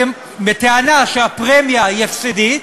בטענה שהפרמיה היא הפסדית,